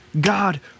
God